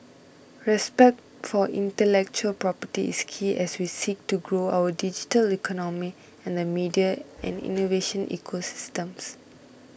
respect for intellectual property is key as we seek to grow our digital economy and the media and innovation ecosystems